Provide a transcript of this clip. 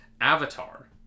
Avatar